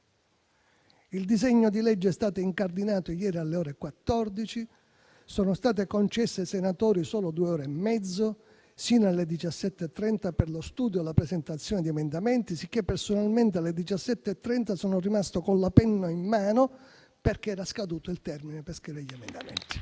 Il disegno di legge è stato incardinato ieri alle ore 14; sono state concesse ai senatori solo due ore e mezzo, sino alle ore 17,30, per lo studio e la presentazione di emendamenti; sicché personalmente alle 17,30 sono rimasto con la penna in mano perché era scaduto il termine per scrivere gli emendamenti.